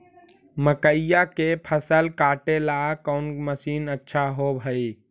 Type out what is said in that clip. मकइया के फसल काटेला कौन मशीन अच्छा होव हई?